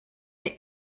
des